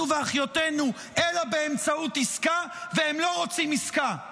ואחיותינו אלא באמצעות עסקה והם לא רוצים עסקה,